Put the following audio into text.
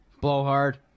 Blowhard